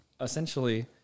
essentially